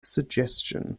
suggestion